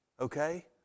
Okay